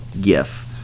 gif